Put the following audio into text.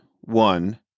one